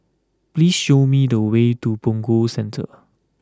please show me the way to Punggol Centre